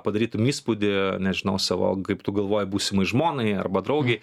padarytum įspūdį nežinau savo kaip tu galvoji būsimai žmonai arba draugei